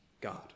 God